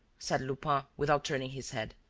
said lupin, without turning his head.